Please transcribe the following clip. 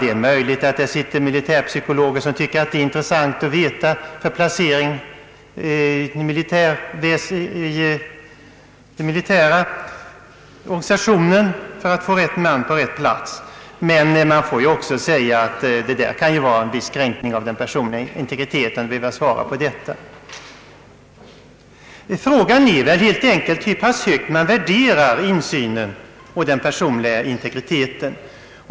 Det är möjligt att det finns militärpsykologer som tycker att detta är av intresse att veta för att man skall få rätt man på rätt plats i den militära organisationen. Men det kan innebära en viss kränkning av den personliga integriteten att behöva svara på sådant. Frågan är väl helt enkelt hur pass högt man värderar insynen och den personliga integriteten.